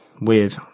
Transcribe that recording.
Weird